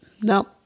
no